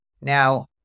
Now